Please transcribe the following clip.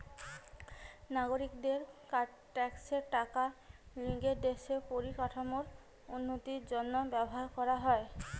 নাগরিকদের ট্যাক্সের টাকা লিয়ে দেশের পরিকাঠামোর উন্নতির জন্য ব্যবহার করা হয়